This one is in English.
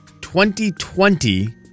2020